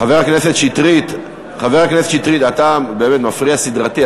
חבר הכנסת שטרית, אתה מפריע סדרתי.